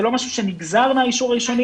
זה לא משהו שנגזר מהאישור הראשוני.